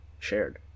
shared